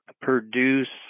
produce